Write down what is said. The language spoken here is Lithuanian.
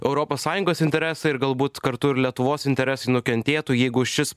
europos sąjungos interesai ir galbūt kartu ir lietuvos interesai nukentėtų jeigu šis